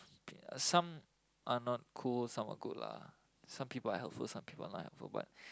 some are not cool some are cool lah some people are helpful some people are not helpful but